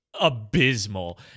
abysmal